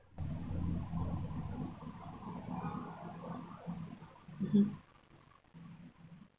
mmhmm